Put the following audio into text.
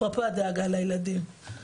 אפרופו הדאגה לילדים.